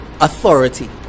authority